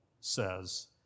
says